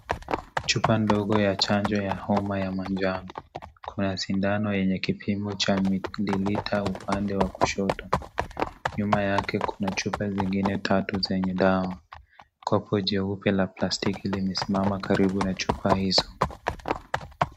Chupa ndogo ya chanjo ya homa ya manjano, kuna sindano yenye kipimo cha mililita upande wa kushoto nyuma yake kuna chupa zingine tatu zenye dawa huko jeupe la plastiki limesimama karibu na chupa izo.